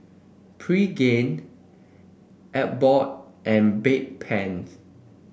Pregain Abbott and Bedpans